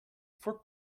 for